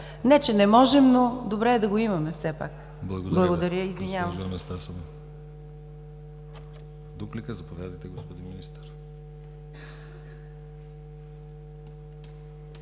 Не че не можем, но добре е да го имаме все пак. Благодаря.